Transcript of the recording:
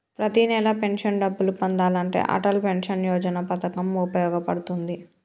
ప్రతి నెలా పెన్షన్ డబ్బులు పొందాలంటే అటల్ పెన్షన్ యోజన పథకం వుపయోగ పడుతుంది